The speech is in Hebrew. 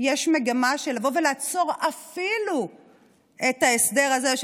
יש מגמה של לעצור אפילו את ההסדר הזה של